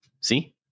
see